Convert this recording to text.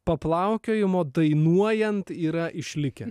paplaukiojimo dainuojant yra išlikę